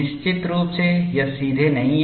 निश्चित रूप से यह सीधे नहीं है